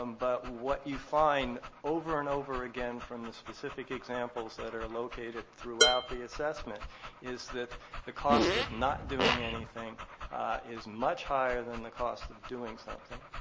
um but what you find over and over again from the specific examples that are located throughout the assessment is that the costs of not doing anything is much higher than the cost of doing something,